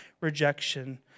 rejection